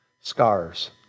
Scars